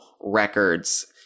records